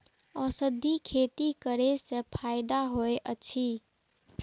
औषधि खेती करे स फायदा होय अछि?